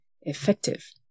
effective